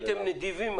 הייתם נדיבים.